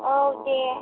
औ दे